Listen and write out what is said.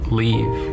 leave